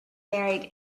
married